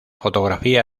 fotografía